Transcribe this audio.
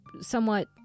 somewhat